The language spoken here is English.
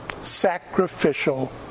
sacrificial